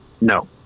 No